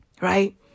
Right